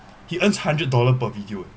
he earns hundred dollar per video